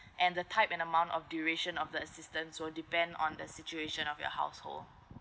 and the time and the amount of duration of the assistance will depend on the situation of your household